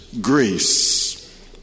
grace